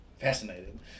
Fascinating